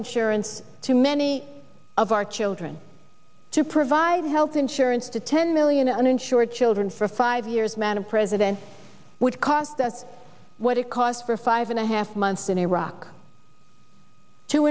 insurance to many of our children to provide health insurance to ten million uninsured children for five years man a president would cost us what it costs for five and a half months in iraq to